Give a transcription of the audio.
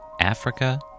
Africa